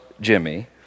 Jimmy